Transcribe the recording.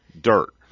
Dirt